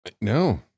No